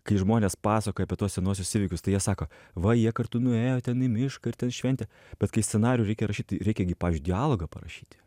kai žmonės pasakoja apie tuos senuosius įvykius tai jie sako va jie kartu nuėjo ten į mišką ir ten šventė bet kai scenarijų reikia rašyt reikia gi pavyzdžiui dialogą parašyti